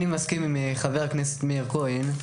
אני מסכים עם חבר הכנסת מאיר כהן.